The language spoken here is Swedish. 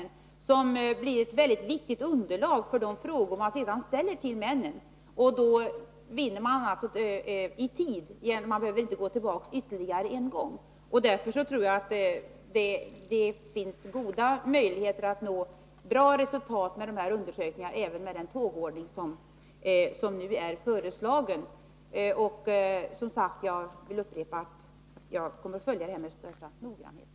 Materialet blir ett mycket viktigt underlag till de frågor som man sedan skall ställa till männen. Då vinner man tid genom att inte behöva fråga ytterligare en gång. Därför tror jag det finns goda möjligheter att nå bra resultat genom undersökningarna även med den tågordning som nu är föreslagen. Jag vill upprepa att jag kommer att följa frågan med största noggrannhet.